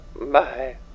Bye